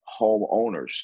homeowners